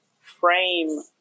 frame